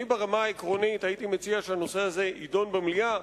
אני ברמה העקרונית הייתי מציע שהנושא הזה יידון במליאה,